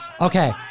Okay